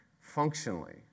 functionally